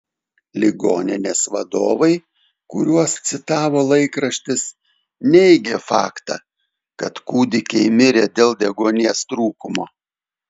ligoninės vadovai kuriuos citavo laikraštis neigė faktą kad kūdikiai mirė dėl deguonies trūkumo